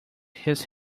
his